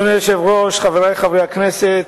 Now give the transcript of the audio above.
אדוני היושב-ראש, חברי חברי הכנסת,